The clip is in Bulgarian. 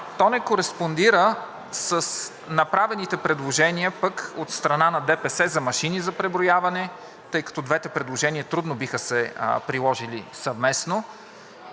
то не кореспондира с направените предложения пък от страна на ДПС за машини за преброяване, тъй като двете предложения трудно биха се приложили съвместно,